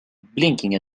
blinking